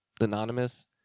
Anonymous